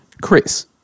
Chris